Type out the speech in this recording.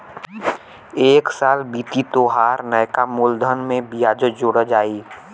एक साल बीती तोहार नैका मूलधन में बियाजो जोड़ा जाई